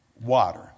Water